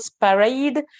parade